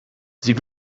sie